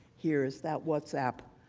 here is that what sap